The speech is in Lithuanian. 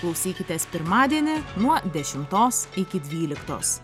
klausykitės pirmadienį nuo dešimtos iki dvyliktos